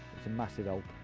it's a massive help.